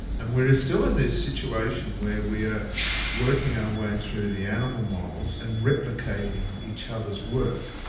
and we're still in this situation where we are working our way through the animal models and replicating each other's work.